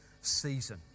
season